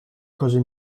cose